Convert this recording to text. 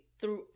Throughout